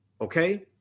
okay